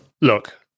Look